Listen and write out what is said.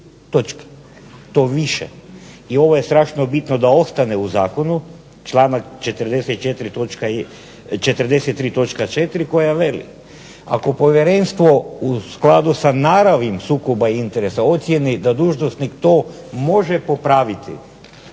To više i ovo je strašno bitno da ostane u zakonu, članak 43. točka 4. koja veli: ako povjerenstvo u skladu sa naravi sukoba interesa ocijeni da dužnosnik to može popraviti,